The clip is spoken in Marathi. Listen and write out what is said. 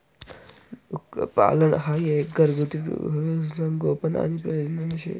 डुक्करपालन हाई एक घरगुती डुकरसनं संगोपन आणि प्रजनन शे